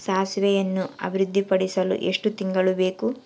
ಸಾಸಿವೆಯನ್ನು ಅಭಿವೃದ್ಧಿಪಡಿಸಲು ಎಷ್ಟು ತಿಂಗಳು ಬೇಕು?